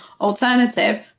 alternative